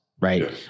right